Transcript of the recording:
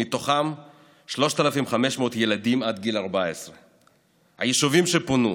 ומתוכם 3,500 ילדים עד גיל 14. היישובים שפונו: